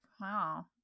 Wow